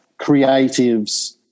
creatives